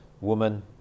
woman